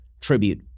tribute